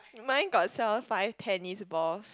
mine got sell five tennis balls